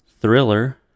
Thriller